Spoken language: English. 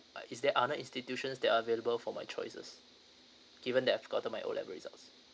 is there other institutions there are available for my choices given that I've gotten my O level results